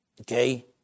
okay